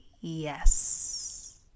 yes